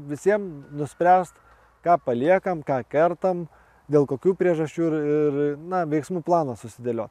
visiem nuspręst ką paliekam ką kertam dėl kokių priežasčių ir ir na veiksmų planą susidėliot